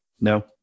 No